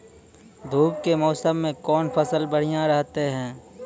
धूप के मौसम मे कौन फसल बढ़िया रहतै हैं?